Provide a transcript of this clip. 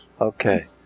Okay